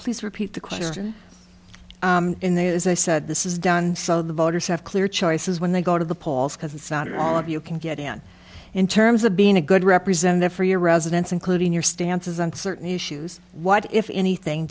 please repeat the question in there as i said this is done so the voters have clear choices when they go to the polls because it's not all of you can get in in terms of being a good representative for your residents including your stances on certain issues what if anything